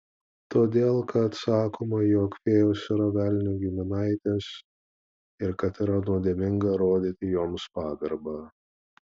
todėl kad sakoma jog fėjos yra velnio giminaitės ir kad yra nuodėminga rodyti joms pagarbą